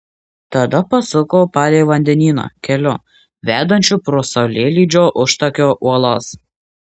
tada pasuko palei vandenyną keliu vedančiu pro saulėlydžio užtakio uolas